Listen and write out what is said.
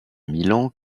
milan